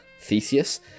Theseus